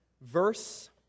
verse